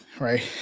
right